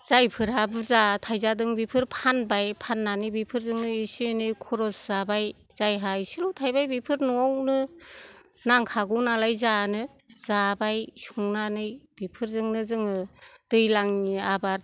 जायफोरहा बुर्जा थाइजादों बेफोर फानबाय फान्नानै बेफोरजोंनो एसे एनै खरस जाबाय जायहा एसेल' थायबाय बेफोर न'आवनो नांखागौ नालाय जानो जाबाय संनानै बेफोरजोंनो जोङो दैलांनि आबाद